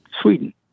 Sweden